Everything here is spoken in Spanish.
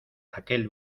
aquel